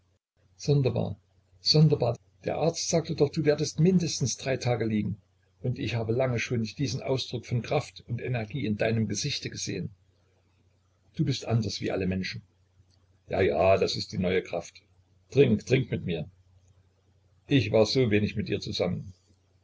sonderbar sonderbar der arzt sagte doch du werdest mindestens drei tage liegen und ich habe lange schon nicht diesen ausdruck von kraft und energie in deinem gesichte gesehen du bist anders wie alle menschen ja ja das ist die neue kraft trink trink mit mir ich war so wenig mit dir zusammen